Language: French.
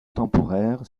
temporaire